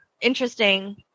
interesting